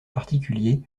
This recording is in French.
particulier